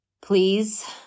please